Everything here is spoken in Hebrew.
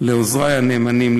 לעוזרי הנאמנים,